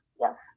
yes